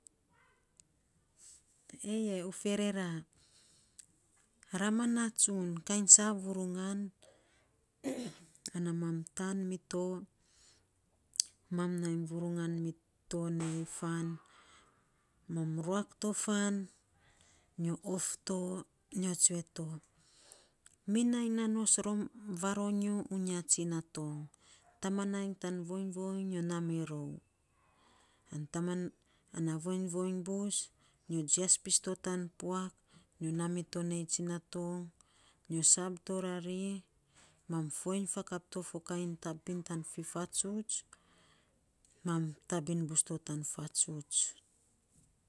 Eye, u ferera, ra ma na tsun kainy sa vurungan u ferera, ana mam taan mito mam nai vurungan mito nei fan mam ruak to fan. Nyo of to, mi nai nanos rom, ananos varonyo. Uya tsinatong. Tamanainy tan voiny voiny nyo na mito nei tsinatong. Nyo sab torari mam tabin bus to tan fatsuts.